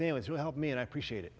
families who help me and i appreciate it